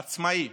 עצמאי.